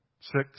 six